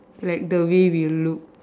like the way we look